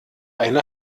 eine